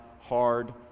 hard